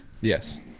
Yes